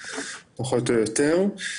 כדי להבטיח את הניסיון שיש לאדם.